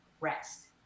rest